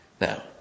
Now